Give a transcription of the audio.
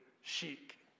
chic